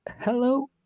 hello